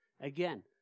Again